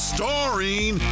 Starring